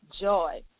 joy